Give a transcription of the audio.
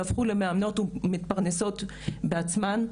שהפכו למאמנות מתפרנסות בעצמן,